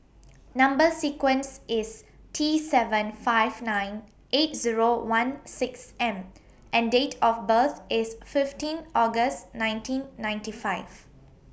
Number sequence IS T seven five nine eight Zero one six M and Date of birth IS fifteen August nineteen ninety five